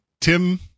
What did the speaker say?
tim